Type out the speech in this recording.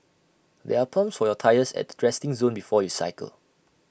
there are pumps for your tyres at the resting zone before you cycle